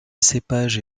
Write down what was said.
cépage